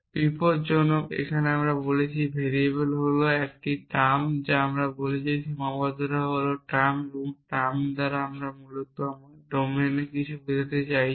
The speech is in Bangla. বিপজ্জনক এখানে আমরা বলছি ভেরিয়েবল হল একটি টার্ম এখানে আমরা বলছি সীমাবদ্ধতা হল টার্ম এবং টার্ম দ্বারা আমরা মূলত আমার ডোমিনে কিছু বোঝাতে চাচ্ছি